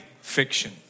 fiction